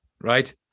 right